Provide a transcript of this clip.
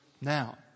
now